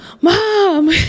Mom